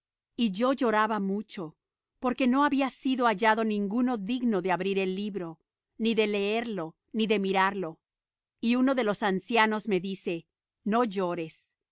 y yo lloraba mucho porque no había sido hallado ninguno digno de abrir el libro ni de leerlo ni de mirarlo y uno de los ancianos me dice no llores